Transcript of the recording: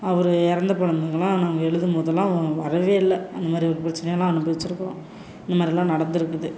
அவர் இறந்த போனதுக்கெல்லாம் நாங்கள் எழுதும் போதெல்லாம் வரவே இல்லை அந்த மாதிரி ஒரு பிரச்சனையெல்லாம் அனுபவிச்சிருக்கிறோம் இந்த மாதிரிலாம் நடந்திருக்குது